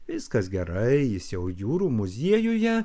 viskas gerai jis jau jūrų muziejuje